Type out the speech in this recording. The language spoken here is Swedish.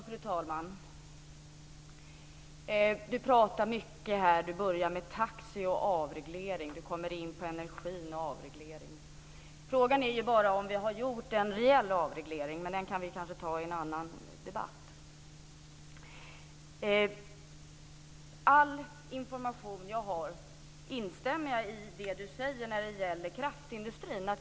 Fru talman! Lennart Värmby pratar mycket. Han började med taxi och avregleringen och kom in på energin och avregleringen. Frågan är bara om vi har gjort en reell avreglering, men den kan vi kanske ta i en annan debatt. Jag instämmer i det som Lennart Värmby säger när det gäller kraftindustrin.